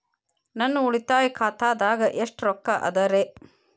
ನನ್ನ ಉಳಿತಾಯ ಖಾತಾದಾಗ ಎಷ್ಟ ರೊಕ್ಕ ಅದ ರೇ?